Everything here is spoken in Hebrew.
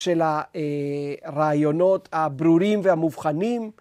של ה... אה... רעיונות הברורים והמובחנים.